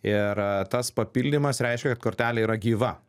ir tas papildymas reiškia kad kortelė yra gyva